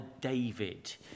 David